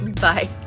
Bye